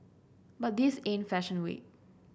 but this ain't fashion week